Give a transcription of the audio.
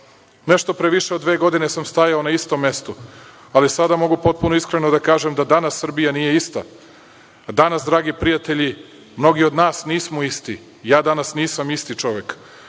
Vladu. Nešto pre više od dve godine sam stajao na istom mestu, ali sada mogu potpuno iskreno da kažem da danas Srbija nije ista. Danas dragi prijatelji, mnogi od nas nismo isti, ja danas nisam isti čovek.